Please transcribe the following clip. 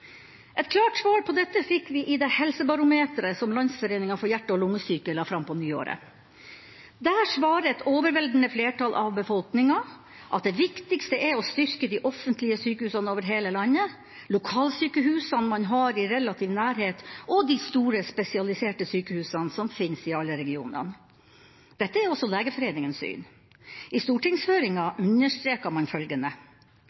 Et klart svar på dette fikk vi i det helsebarometeret som Landsforeningen for hjerte- og lungesyke la fram på nyåret. Der svarer et overveldende flertall av befolkninga at det viktigste er å styrke de offentlige sykehusene over hele landet, lokalsykehusene man har i relativ nærhet, og de store, spesialiserte sykehusene, som fins i alle regionene. Dette er også Legeforeningens syn. I stortingshøringa understreket man følgende: